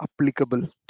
applicable